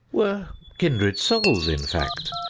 were kindred souls in fact,